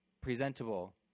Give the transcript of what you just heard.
presentable